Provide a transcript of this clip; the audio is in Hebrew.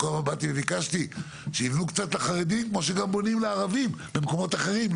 באתי וביקשתי שיבנו קצת לחרדים כמו שגם בונים לערבים במקומות אחרים,